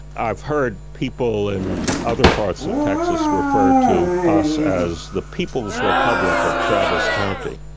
i've heard people in other parts of texas refer to us as the people's republic of travis county.